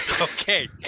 Okay